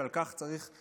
ועל כך אני